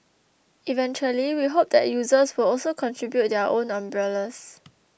eventually we hope that users will also contribute their own umbrellas